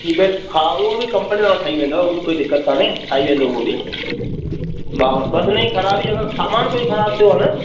की पैड हा उहो बि कंपनीअ मां ठई वेंदव उहा बि कोई दिक़त कान्हे ठाई वेंदो उहो बि मां बसि इन ई ख़राबी अगरि सामान कोई ख़राबु थी वियो आहे न